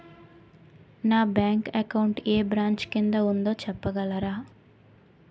నా bank account ఏ branch కిందా ఉందో చెప్పగలరా?